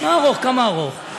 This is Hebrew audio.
כמה ארוך?